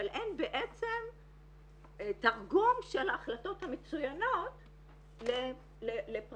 אבל אין בעצם תרגום של ההחלטות המצוינות לפרקטיקות.